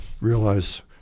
realize